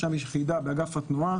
באגף התנועה